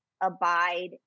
abide